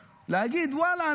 להגיד: ואללה,